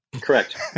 Correct